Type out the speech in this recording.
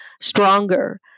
stronger